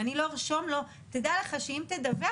ואני לא ארשום לו: תדע לך שאם תדווח